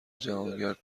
جهانگرد